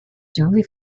duly